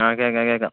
ആ കേള്ക്കാം കേള്ക്കാം